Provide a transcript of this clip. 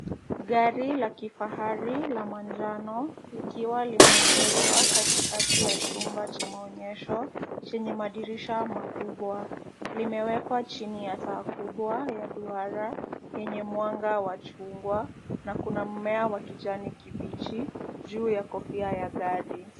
Gari la kifahari la manjano likiwa limeegeshwa katikati ya chumba cha maonyesho, chenye madirisha makubwa. Limewekwa chini ya taa kubwa ya duara, lenye mwanga wa chungwa na kuna mmea wa kijani kibichi, juu ya kofia ya gari.